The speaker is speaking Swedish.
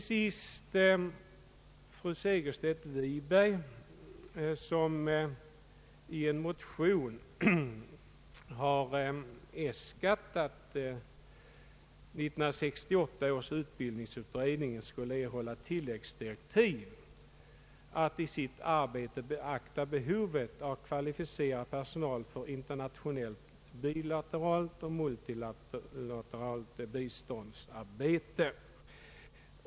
Slutligen har fru Segerstedt Wiberg i en motion yrkat att 1968 års utbildningsutredning skulle erhålla tilläggsdirektiv att i sitt arbete beakta behovet av kvalificerad personal för internationellt bilateralt och multilateralt biståndsarbete.